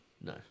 No